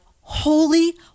holy